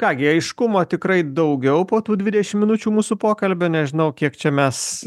ką gi aiškumo tikrai daugiau po tų dvidešim minučių mūsų pokalbio nežinau kiek čia mes